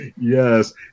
Yes